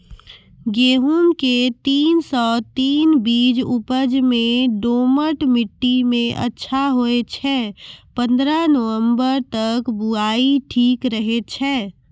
गेहूँम के तीन सौ तीन बीज उपज मे दोमट मिट्टी मे अच्छा होय छै, पन्द्रह नवंबर तक बुआई ठीक रहै छै